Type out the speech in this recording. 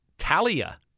Talia